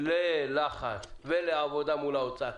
ללחץ ולעבודה מול האוצר,